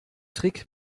trick